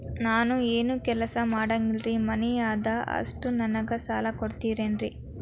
ನಾನು ಏನು ಕೆಲಸ ಮಾಡಂಗಿಲ್ರಿ ಮನಿ ಅದ ಅಷ್ಟ ನನಗೆ ಸಾಲ ಕೊಡ್ತಿರೇನ್ರಿ?